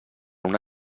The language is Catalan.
una